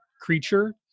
creature